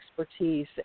expertise